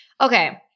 Okay